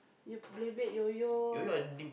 you play Beyblade yoyo